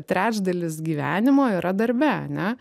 trečdalis gyvenimo yra darbe ane